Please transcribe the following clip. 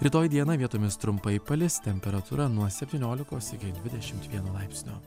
rytoj dieną vietomis trumpai palis temperatūra nuo septyniolikos iki dvidešim vieno laipsnio